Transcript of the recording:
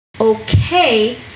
okay